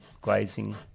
glazing